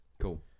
cool